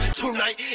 tonight